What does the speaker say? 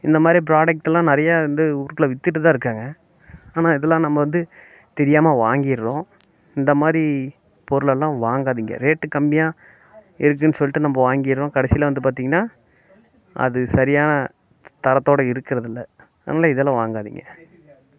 இந்த மாதிரி புரோடக்ட்டெலாம் நிறையா வந்து ஊருக்குள்ளே விற்றுட்டு தான் இருக்காங்க ஆனால் இதெலாம் நம்ம வந்து தெரியாமல் வாங்கிறோம் இந்த மாதிரி பொருளெல்லாம் வாங்காதிங்க ரேட்டு கம்மியாக இருக்குதுன்னு சொல்லிட்டு நம்ம வாங்கிறோம் கடைசியில் வந்து பார்த்தீங்கன்னா அது சரியான தரத்தோடு இருக்கிறதில்ல அதனால் இதெல்லாம் வாங்காதிங்க